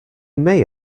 may